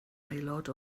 aelod